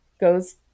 goes